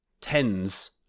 tens